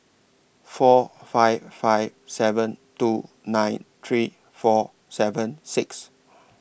four five five seven two nine three four seven six